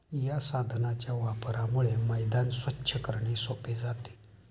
या साधनाच्या वापरामुळे मैदान स्वच्छ करणे सोपे जाते